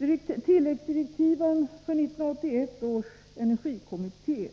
I tilläggsdirektiven för 1981 års energikommitté